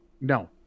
no